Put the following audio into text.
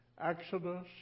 Exodus